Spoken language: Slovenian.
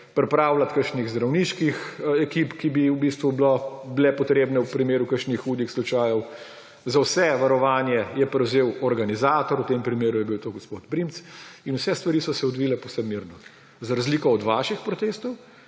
pripravljati kakšnih zdravniških ekip, ki bi v bistvu bile potrebne v primeru kakšnih hudih slučajev, vse varovanje je prevzel organizator, v tem primeru je bil to gospod Primc, in vse stvari so se odvile povsem mirno. Za razliko od vaših protestov,